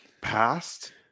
passed